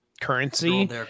currency